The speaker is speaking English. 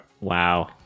Wow